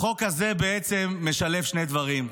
החוק הזה משלב שני דברים: